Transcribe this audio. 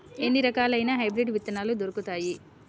ఎన్ని రకాలయిన హైబ్రిడ్ విత్తనాలు దొరుకుతాయి?